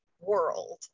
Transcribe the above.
world